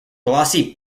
glossy